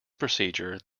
procedure